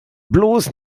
bloß